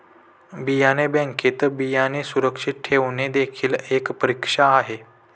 बियाणे बँकेत बियाणे सुरक्षित ठेवणे देखील एक परीक्षा आहे